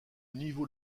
niveau